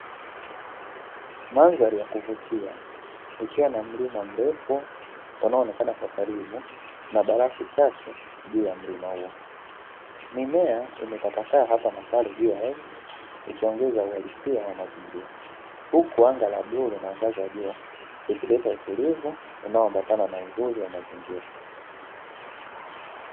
Mandhari ya kuvutia ikiwa na mlima mrefu unaoonekana kwa karibu na barafu chache juu ya mlima huo. Mimea imetapakaa hapa na pale juu ya ardhi, ikiongeza uhalisia wa mazingira. Huku anga la bluu linaangaza jua likileta utulivu unaoambatana na uzuri wa mazingira.